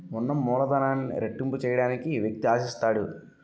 ఉన్న మూలధనాన్ని రెట్టింపు చేయడానికి వ్యక్తి ఆశిస్తాడు